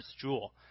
jewel